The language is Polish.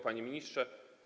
Panie Ministrze!